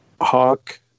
Hawk